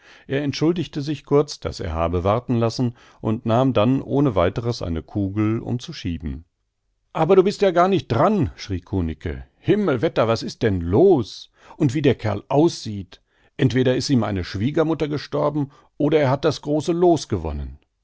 er entschuldigte sich kurz daß er habe warten lassen und nahm dann ohne weiteres eine kugel um zu schieben aber du bist ja gar nicht dran schrie kunicke himmelwetter was ist denn los und wie der kerl aussieht entweder is ihm eine schwiegermutter gestorben oder er hat das große loos gewonnen